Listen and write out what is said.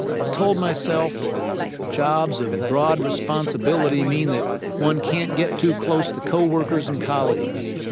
i've told myself that jobs of broad responsibility mean that one can't get too close to co-workers and colleagues.